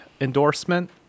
endorsement